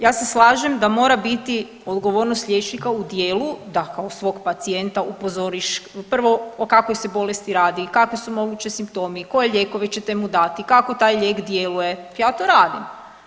Ja se slažem da mora biti odgovornost liječnika u dijelu da kao svog pacijenta upozoriš prvo o kakvoj se bolesti radi, kakvi su mogući simptomi, koje lijekove ćete mu dati, kako taj lijek djeluje, ja to radim.